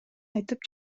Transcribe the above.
айтып